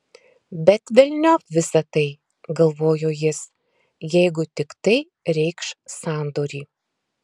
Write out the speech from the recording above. bet velniop visa tai galvojo jis jeigu tik tai reikš sandorį